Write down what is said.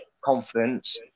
confidence